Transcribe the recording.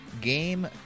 game